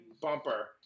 bumper